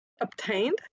obtained